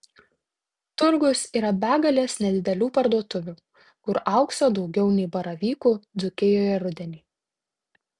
turgus yra begalės nedidelių parduotuvių kur aukso daugiau nei baravykų dzūkijoje rudenį